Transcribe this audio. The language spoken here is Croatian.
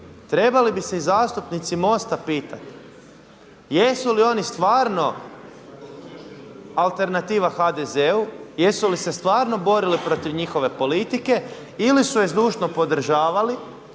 trebali bi se i zastupnici MOST-a pitati, jesu li oni stvarno alternativa HDZ-u, jesu li se stvarno borili protiv njihove politike ili su je zdušno podržavali,